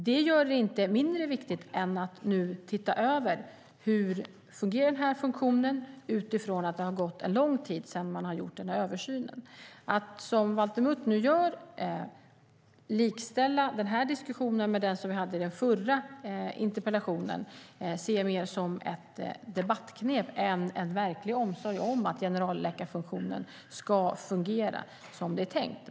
Det gör det inte mindre viktigt att nu se över hur funktionen fungerar utifrån att det har gått lång tid sedan man gjorde översynen. Att som Valter Mutt nu gör likställa den här diskussionen med den som vi hade om den förra interpellationen ser jag mer som ett debattknep än som verklig omsorg om att generalläkarfunktionen ska fungera som det är tänkt.